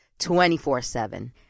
24-7